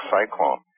Cyclone